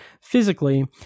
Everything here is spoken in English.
physically